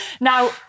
Now